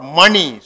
money